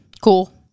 Cool